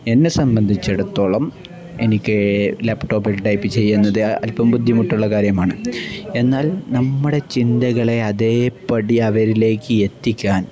എന്നെ സംബന്ധിച്ചിടത്തോളം എനിക്ക് ലാപ്ടോപ്പിൽ ടൈപ്പ് ചെയ്യുന്നത് അൽപ്പം ബുദ്ധിമുട്ടുള്ള കാര്യമാണ് എന്നാൽ നമ്മുടെ ചിന്തകളെ അതേപടി അവരിലേക്ക് എത്തിക്കാൻ